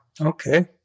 Okay